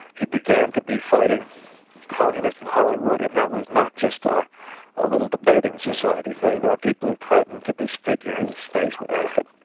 he began to be fighting communists in hollywood and that was not just a ah little debating society thing you know people who threatened to disfigure his face with acid,